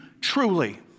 Truly